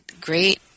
great